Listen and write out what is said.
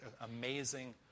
amazing